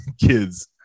kids